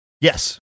Yes